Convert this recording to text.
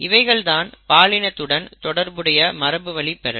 இவைகள்தான் பாலினத்துடன் தொடர்புடைய மரபுவழி பெறல்